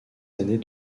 années